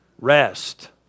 Rest